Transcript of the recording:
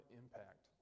impact